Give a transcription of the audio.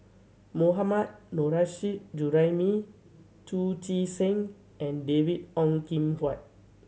Mohammad Nurrasyid Juraimi Chu Chee Seng and David Ong Kim Huat